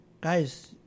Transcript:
guys